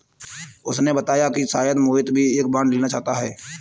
उसने बताया कि शायद मोहित भी एक बॉन्ड लेना चाहता है